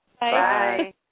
Bye